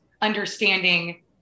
understanding